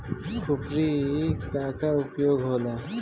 खुरपी का का उपयोग होला?